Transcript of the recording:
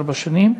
ארבע שנים,